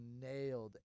nailed